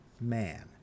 man